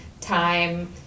time